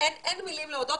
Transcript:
אין מילים להודות.